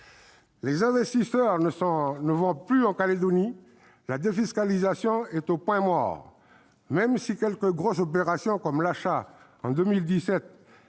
Les investisseurs ne vont plus en Calédonie. La défiscalisation est au point mort, même si quelques grosses opérations, comme l'achat en 2017